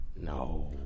No